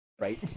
Right